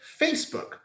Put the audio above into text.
Facebook